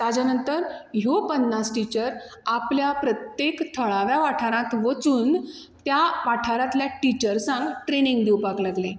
ताज्या नंतर ह्यो पन्नास टिचर आपल्या प्रत्येक थळाव्या वाठारांत वचून त्या वाठारांतल्या टिचर्सांक ट्रेनिंग दिवपाक लागली